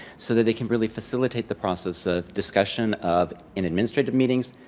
so they can really facilitate the process of discussion of in administrative meetings,